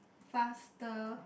faster